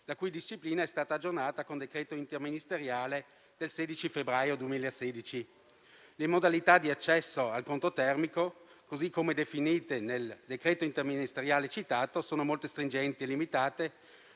la cui disciplina è stata aggiornata con decreto interministeriale del 16 febbraio 2016. Le modalità di accesso al conto termico, così come definite nel decreto interministeriale citato, sono molto stringenti e limitate